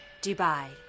Dubai